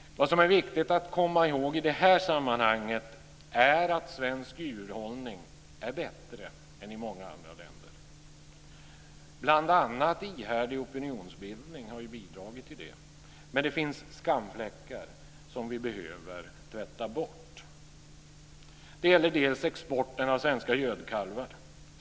Vad som är viktigt att komma ihåg i det här sammanhanget är att svensk djurhållning är bättre än många andra länders. Bl.a. har ihärdig opinionsbildning bidragit till det. Men det finns skamfläckar som vi behöver tvätta bort. Det gäller t.ex. exporten av svenska gödkalvar.